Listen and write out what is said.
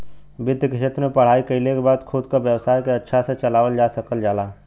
वित्त के क्षेत्र में पढ़ाई कइले के बाद खुद क व्यवसाय के अच्छा से चलावल जा सकल जाला